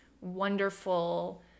wonderful